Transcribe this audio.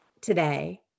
today